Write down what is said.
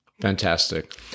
Fantastic